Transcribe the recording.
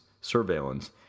surveillance